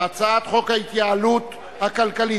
אני קובע שהצעת חוק ההתייעלות הכלכלית